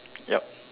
yup